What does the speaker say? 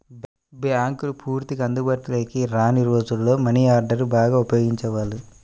బ్యేంకులు పూర్తిగా అందుబాటులోకి రాని రోజుల్లో మనీ ఆర్డర్ని బాగా ఉపయోగించేవాళ్ళు